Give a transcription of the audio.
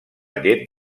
llet